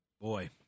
boy